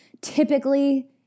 typically